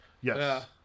Yes